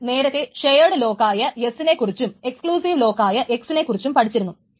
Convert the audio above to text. നമ്മൾ നേരത്തെ ഷെയേഡ് ലോക്കായ S നെ കുറിച്ചും എക്സ്ക്ലൂസീവ് ലോക്ക് ആയ X നെ കുറിച്ചു പഠിച്ചിരുന്നു